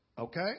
okay